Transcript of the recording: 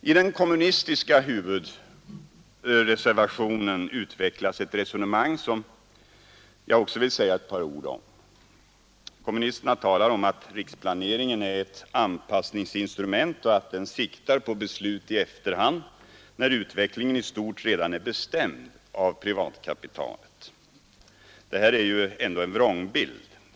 I den kommunistiska huvudreservationen utvecklas ett resonemang som jag också vill säga ett par ord om. Kommunisterna talar om att riksplaneringen är ett anpassningsinstrument och att den siktar på beslut i efterhand, när utvecklingen i stort redan är bestämd av privatkapitalet. Detta är ju en vrångbild.